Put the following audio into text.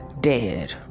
dead